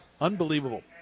Unbelievable